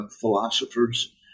philosophers